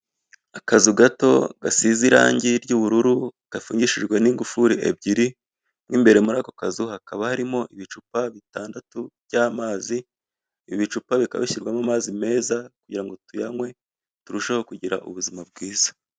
Akazu gato, gasize irangi ry'ubururu, gafungishijwe n'ingufuri ebyiri, mo imbere muri ako kazu hakaba harimo ibicupa bitandatu by'amazi, ibicupa bikaba bishyirwamo amazi meza, kugira ngo tuyanywe, turusheho kugira ubuzima bwiza.